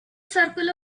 circle